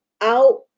out